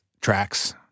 tracks